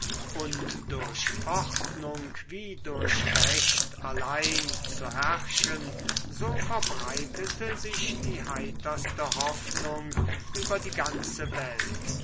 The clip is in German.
und durch ordnung wie durch recht allein zu herrschen so verbreitete sich die heiterste hoffnung über die ganze welt